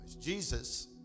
Jesus